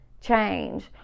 change